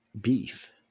beef